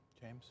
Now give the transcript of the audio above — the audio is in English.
James